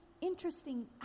interesting